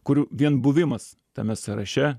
kurių vien buvimas tame sąraše